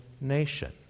nation